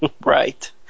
Right